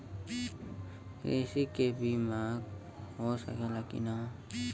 कृषि के बिमा हो सकला की ना?